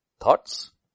Thoughts